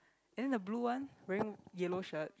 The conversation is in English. then the blue one wearing yellow shirt